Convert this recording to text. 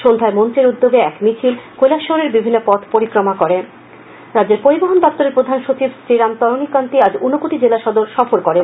সন্ধ্যায় মঞ্চের উদ্যোগে এক মিছিল কৈলাসহরের বিভিন্ন পথ পরিক্রমা করে সফর রাজ্যের পরিবহন দপ্তরের প্রধান সচিব শ্রীরামতরণীকান্তি আজ ঊনকোটি জেলা সদর সফর করেন